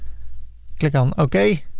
click on okay.